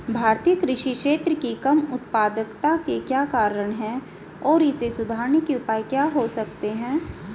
भारतीय कृषि क्षेत्र की कम उत्पादकता के क्या कारण हैं और इसे सुधारने के उपाय क्या हो सकते हैं?